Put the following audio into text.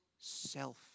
self